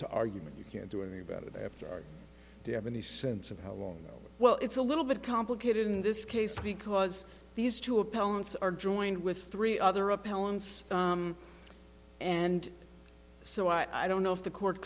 to argument you can't do anything about it after you have any sense of how long well it's a little bit complicated in this case because these two opponents are joined with three other appellants and so i don't know if the court